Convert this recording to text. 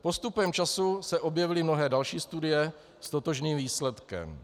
Postupem času se objevily mnohé další studie s totožným výsledkem.